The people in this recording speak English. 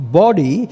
body